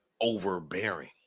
overbearing